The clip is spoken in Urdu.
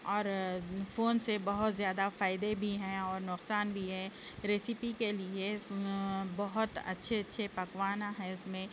اور فون سے بہت زیادہ فائدے بھی ہیں اور نقصان بھی ہے ریسیپی کے لیے بہت اچھے اچھے پکواناں ہیں اس میں